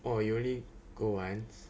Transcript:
oh you only go once